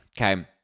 Okay